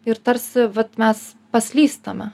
ir tarsi vat mes paslystame